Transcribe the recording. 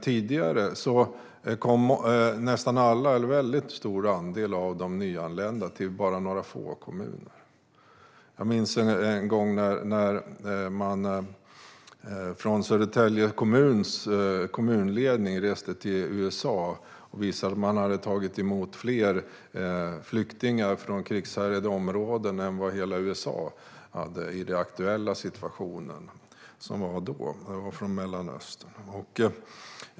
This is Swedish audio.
Tidigare kom en mycket stor andel av de nyanlända till bara några få kommuner. Jag minns en gång när man från Södertälje kommunledning reste till USA. Det visade sig att Södertälje hade tagit emot fler flyktingar från krigshärjade områden i Mellanöstern än vad hela USA hade tagit emot i den då aktuella situationen.